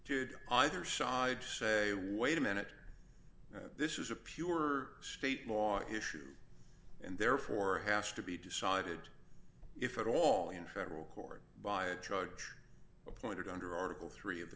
point either side to say wait a minute this is a pure state law issue and therefore has to be decided if at all in federal court by a truck appointed under article three of the